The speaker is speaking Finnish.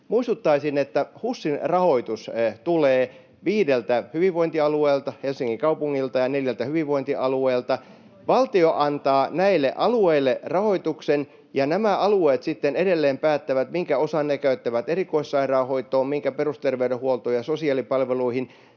Muistuttaisin, että HUSin rahoitus tulee viideltä hyvinvointialueelta: Helsingin kaupungilta ja neljältä hyvinvointialueelta. [Sari Sarkomaan välihuuto] Valtio antaa näille alueille rahoituksen, ja nämä alueet sitten edelleen päättävät, minkä osan ne käyttävät erikoissairaanhoitoon, minkä perusterveydenhuoltoon ja sosiaalipalveluihin.